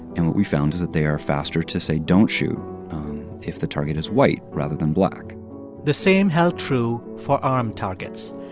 and what we found is that they are faster to say don't shoot if the target is white rather than black the same held true for armed targets.